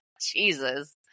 Jesus